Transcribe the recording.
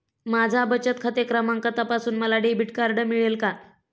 माझा बचत खाते क्रमांक तपासून मला डेबिट कार्ड मिळेल का?